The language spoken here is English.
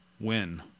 win